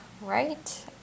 right